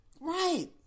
Right